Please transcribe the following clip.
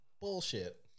bullshit